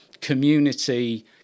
community